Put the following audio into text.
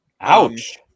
Ouch